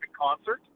concert